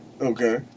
Okay